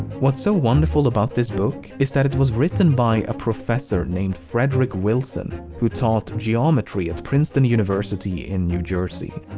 what's so wonderful about this book is that it was written by a professor named frederick willson who taught geometry at princeton university in new jersey.